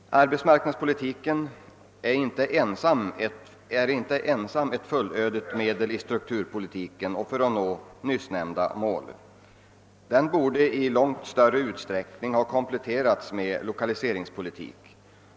Arbetsmarknadspolitiken är inte ensam ett fullödigt medel i strukturpolitiken och i strävandena att nå nyssnämnda mål. Den borde i långt större utsträckning än vad fallet är ha kompletterats med lokaliseringspolitik.